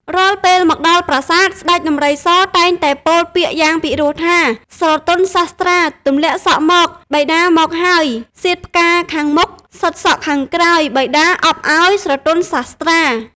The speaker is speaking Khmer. រាល់ពេល មកដល់ប្រាសាទ ស្តេចដំរីសតែងតែពោលពាក្យយ៉ាងពីរោះថា ស្រទន់សាស្ត្រា ទម្លាក់សក់មក បិតាមកហើយ សៀតផ្កាខាងមុខ សិតសក់ខាងក្រោយ បិតាអប់ឱ្យ ស្រទន់សាស្ត្រា ។